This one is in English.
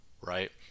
right